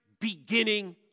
beginning